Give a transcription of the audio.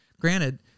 Granted